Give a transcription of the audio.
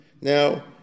Now